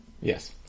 Yes